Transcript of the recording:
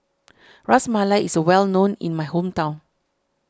Ras Malai is well known in my hometown